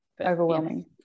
overwhelming